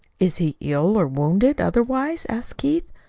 is he ill or wounded otherwise? asked keith.